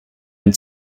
and